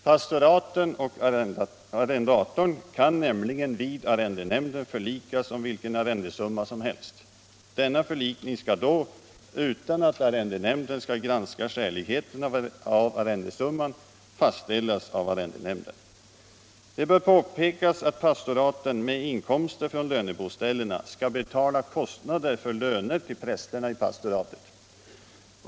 Pastoratet och arrendatorn kan nämligen vid arrendenämnden förlikas om vilken arrendesumma som helst. Denna förlikning skall då — utan att arrendenämnden granskar skäligheten av arrendesumman -— fastställas av arrendenämnden. Det bör påpekas att pastoratet med inkomsterna från löneboställena skall betala kostnaderna för löner till prästerna i pastoratet.